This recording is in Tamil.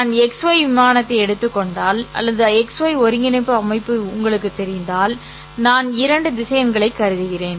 நான் xy விமானத்தை எடுத்துக் கொண்டால் அல்லது xy ஒருங்கிணைப்பு அமைப்பு உங்களுக்குத் தெரிந்தால் நான் இரண்டு திசையன்களைக் கருதுகிறேன்